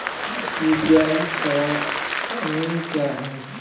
UPI सवायें क्या हैं?